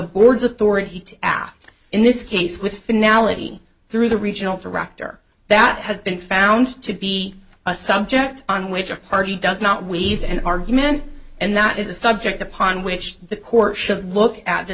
board's authority to act in this case with finale through the regional director that has been found to be a subject on which a party does not we've an argument and that is a subject upon which the court should look at th